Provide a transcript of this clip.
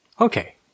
okay